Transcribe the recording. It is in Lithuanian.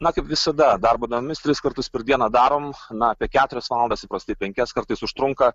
na kaip visada darbo dienomis tris kartus per dieną darom na apie keturias valandas įprastai penkias kartais užtrunka